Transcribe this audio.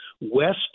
west